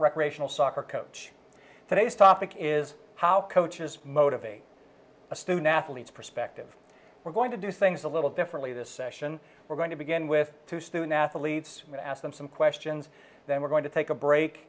recreational soccer coach today's topic is how coaches motivate a student athletes perspective we're going to do things a little differently this session we're going to begin with two student athletes and ask them some questions then we're going to take a break